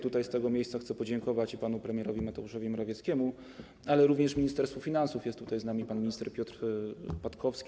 Tutaj, z tego miejsca chcę podziękować panu premierowi Mateuszowi Morawieckiemu, ale również Ministerstwu Finansów - jest tutaj z nami pan minister Piotr Patkowski.